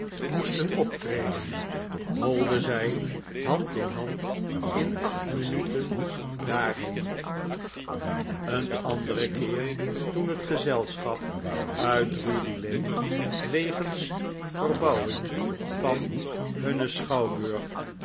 moesten optreden holden zij hand in hand in acht minuten daarheen een anderen keer toen het gezelschap uit jozbf gkimaldi drury-lane wegens verbouwing van hunnen schouwburg